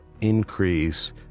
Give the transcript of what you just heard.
increase